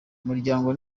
umuryango